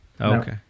Okay